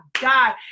God